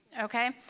Okay